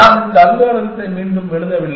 நான் இந்த அல்காரிதத்தை மீண்டும் எழுதவில்லை